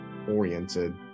Oriented